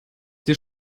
der